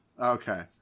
Okay